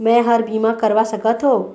मैं हर का बीमा करवा सकत हो?